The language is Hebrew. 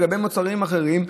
ולגבי מוצרים אחרים,